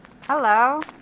Hello